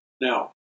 Now